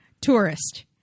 Tourist